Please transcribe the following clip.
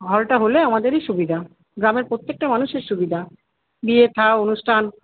হলটা হলে আমাদেরই সুবিধা গ্রামের প্রত্যেকটা মানুষের সুবিধা বিয়ে থা অনুষ্ঠান